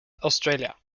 australia